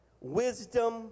wisdom